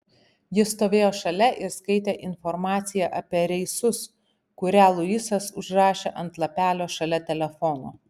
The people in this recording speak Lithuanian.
ji stovėjo šalia ir skaitė informaciją apie reisus kurią luisas užrašė ant lapelio šalia telefono